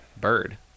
bird